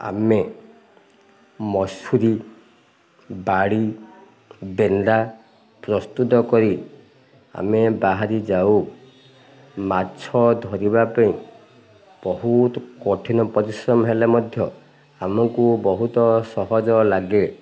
ଆମେ ମଶାରି ବାଡ଼ି ବେନ୍ଦା ପ୍ରସ୍ତୁତ କରି ଆମେ ବାହାରି ଯାଉ ମାଛ ଧରିବା ପାଇଁ ବହୁତ କଠିନ ପରିଶ୍ରମ ହେଲେ ମଧ୍ୟ ଆମକୁ ବହୁତ ସହଜ ଲାଗେ